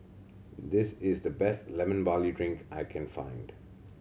this is the best Lemon Barley Drink that I can find